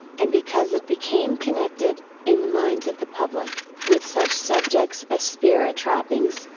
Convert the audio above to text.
and because it became connected, in the minds of the public, with such subjects as spirit rappings,